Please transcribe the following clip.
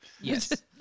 Yes